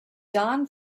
don